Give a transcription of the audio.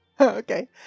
Okay